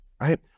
right